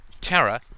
terror